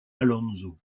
alonso